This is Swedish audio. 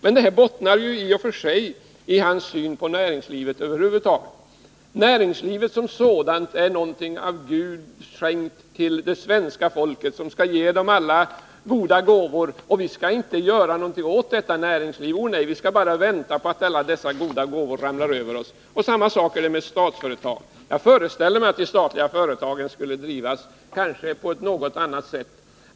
Men den bottnar i hans syn på näringslivet över huvud taget. Näringslivet som sådant är någonting som Gud har skänkt till det svenska folket och som skall ge det alla goda gåvor. Och vi skall inte göra någonting åt detta näringsliv. Nej, vi skall bara vänta på att alla dessa goda gåvor ramlar över oss. Samma sak är det med Statsföretag. Jag föreställer mig att de statliga företagen borde drivas på ett något annorlunda sätt.